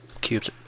cube's